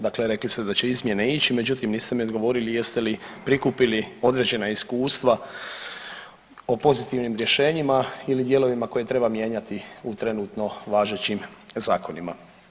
Dakle, rekli ste da će izmjene ići, međutim niste mi odgovorili jeste li prikupili određena iskustva o pozitivnim rješenjima ili dijelovima koje treba mijenjati u trenutno važećim zakonima.